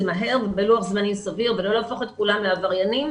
מהר ובלוח זמנים סביר ולא להפוך את כולם לעבריינים,